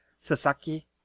Sasaki